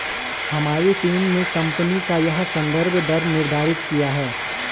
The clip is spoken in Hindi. हमारी टीम ने कंपनी का यह संदर्भ दर निर्धारित किया है